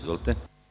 Izvolite.